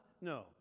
No